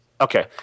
Okay